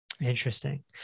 Interesting